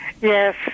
Yes